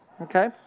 okay